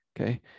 okay